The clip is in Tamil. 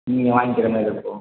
நீங்கள் வாங்கிற மாரி இருக்கும்